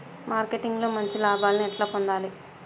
Marketing లో మంచి లాభాల్ని ఎట్లా పొందాలి?